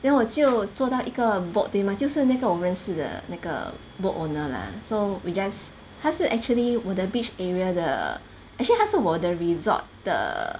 then 我就坐到一个 boat 对吗就是那个我认识的那个 boat owner lah so we just 他是 actually 我的 beach area 的 actually 他是我的 resort 的